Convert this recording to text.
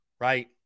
right